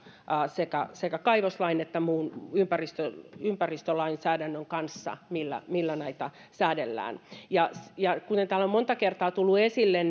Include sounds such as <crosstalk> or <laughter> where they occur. sekä sekä kaivoslain että muun ympäristölainsäädännön kanssa millä millä tätä säädellään kuten täällä on monta kertaa tullut esille <unintelligible>